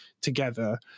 together